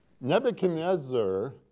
Nebuchadnezzar